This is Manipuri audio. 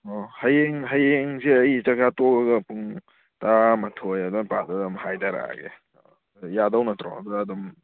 ꯑꯣ ꯍꯌꯦꯡ ꯍꯌꯦꯡꯁꯤ ꯑꯩ ꯆꯛꯆꯥ ꯇꯣꯛꯑꯒ ꯄꯨꯡ ꯇꯔꯥꯃꯥꯊꯣꯏ ꯑꯗꯨꯋꯥꯏ ꯃꯄꯥꯗ ꯑꯗꯨꯝ ꯍꯥꯏꯊꯔꯛꯑꯒꯦ ꯌꯥꯗꯧ ꯅꯠꯇ꯭ꯔꯣ ꯑꯗꯨꯗ ꯑꯗꯨꯝ